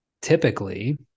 typically